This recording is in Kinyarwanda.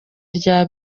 rya